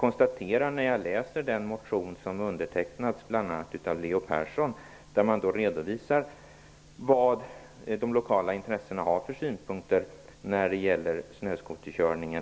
Persson redovisas vilka synpunkter de lokala intressena har när det gäller snöskoterkörning.